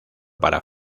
para